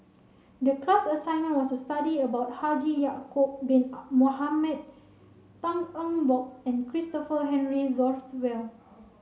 the class assignment was to study about Haji Ya'acob bin Mohamed Tan Eng Bock and Christopher Henry Rothwell